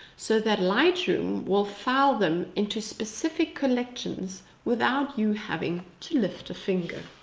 so that lightroom will file them into specific collections without you having to lift a finger.